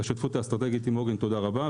לשותפות האסטרטגית עם עוגן תודה רבה,